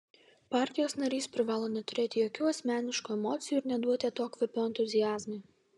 partijos narys privalo neturėti jokių asmeniškų emocijų ir neduoti atokvėpio entuziazmui